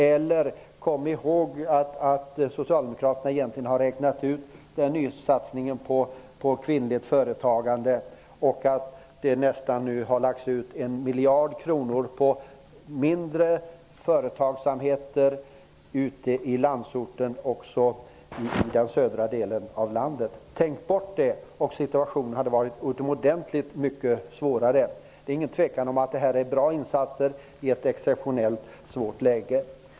Eller kom ihåg att Socialdemokraterna egentligen har gjort uträkningar beträffande nysatsning på kvinnligt företagande och att det nu lagts ut nästan 1 miljard kronor på mindre företagsamhet ute i landsorten, också i södra delen av landet. Tänk bort vad jag här har nämnt! Situationen skulle då ha varit utomordentligt svårare. Det råder inget tvivel om att det alltså handlar om mycket bra insatser i ett exceptionellt svårt läge.